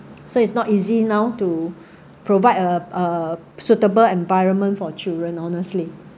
so it's not easy now to provide a a suitable environment for children honestly